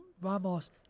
Ramos